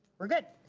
we're good.